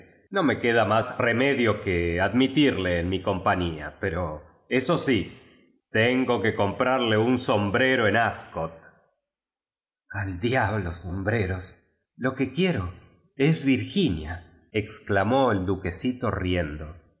no roe queda más remedio que admitirle en mi compañía pero eso si tengo que com prarle un sombrero en asi'ot al diablo som breros i que quie ro es virginia ex clamó el duquesito riendo